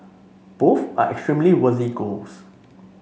both are extremely worthy goals